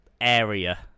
area